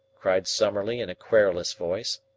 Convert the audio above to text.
cried summerlee in a querulous voice.